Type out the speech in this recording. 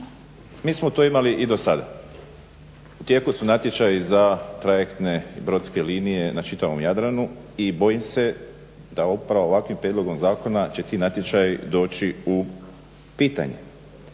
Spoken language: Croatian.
mi smo to imali i do sada. U tijeku su natječaji za trajektne i brodske linije na čitavom Jadranu i bojim se da upravo ovakvim prijedlogom zakona će ti natječaji doći u pitanje.